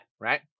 right